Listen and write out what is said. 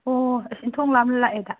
ꯑꯣ ꯏꯟꯊꯣꯛ ꯂꯥꯞꯅ ꯂꯥꯛꯑꯦꯗ